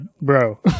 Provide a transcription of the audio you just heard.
bro